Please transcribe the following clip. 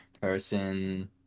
person